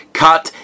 cut